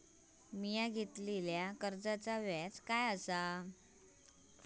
मी घेतलाल्या कर्जाचा व्याज काय आसा?